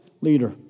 leader